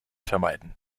vermeiden